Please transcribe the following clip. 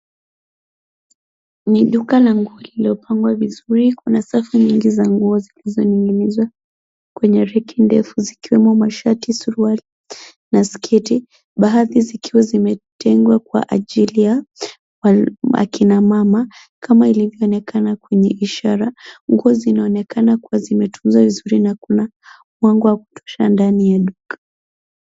Ni duka la nguo lililopangwa vizuri. Kuna safu nyingi za nguo zilizoning'inizwa kwenye reki ndefu zikiwemo mashati, suruali na sketi, baadhi zikiwa zimetengwa kwa ajili ya akina mama kama ilivyoonekana kwenye ishara. Nguo zinaonekana kuwa zimetunzwa vizuri na kuna mwanga wa kutosha ndani ya duka.